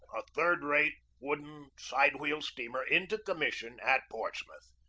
a third-rate, wooden, side wheel steamer, into commission at portsmouth.